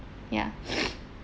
ya